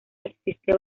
existe